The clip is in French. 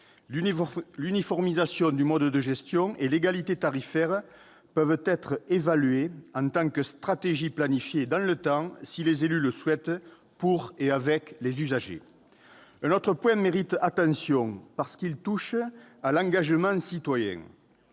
L'uniformisation du mode de gestion et l'égalité tarifaire peuvent ainsi être évaluées en tant que stratégie planifiée dans le temps si les élus le souhaitent pour et avec les usagers. Un autre point mérite attention parce qu'il touche à l'engagement citoyen